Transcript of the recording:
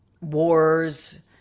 wars